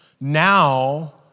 now